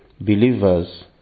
believers